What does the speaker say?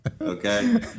Okay